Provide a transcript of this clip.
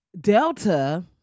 Delta